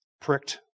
pricked